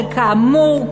שכאמור,